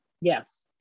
Yes